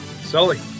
Sully